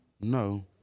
No